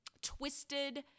twisted